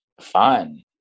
fun